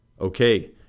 Okay